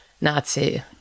Nazi